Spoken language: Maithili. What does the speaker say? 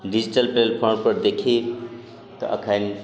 डिजिटल प्लेटफॉर्म पर देखी तऽ अखन